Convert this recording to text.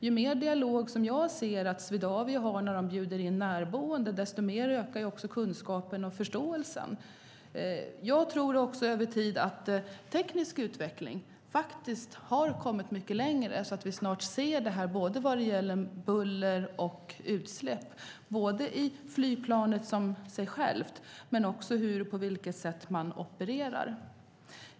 Ju mer dialog som jag ser att Swedavia har när de bjuder in närboende, desto mer ökar också kunskapen och förståelsen. Över tid tror jag också att den tekniska utvecklingen kommer mycket längre så att vi snart ser resultat både när det gäller buller och utsläpp från flygplanen och på vilket sätt man opererar.